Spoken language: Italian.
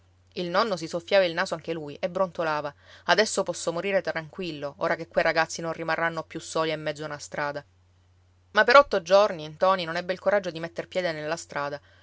il nonno si soffiava il naso anche lui e brontolava adesso posso morire tranquillo ora che quei ragazzi non rimarranno più soli e in mezzo a una strada ma per otto giorni ntoni non ebbe il coraggio di metter piede nella strada